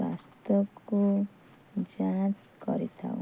ସ୍ୱାସ୍ଥ୍ୟକୁ ଯାଞ୍ଚ କରିଥାଉ